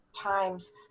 times